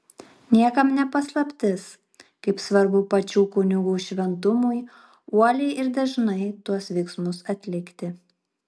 niekam ne paslaptis kaip svarbu pačių kunigų šventumui uoliai ir dažnai tuos veiksmus atlikti